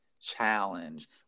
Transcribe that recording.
Challenge